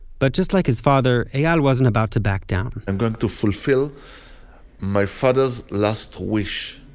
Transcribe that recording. but just like his father, eyal wasn't about to back down i'm going to fulfill my father last wish.